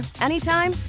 anytime